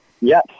Yes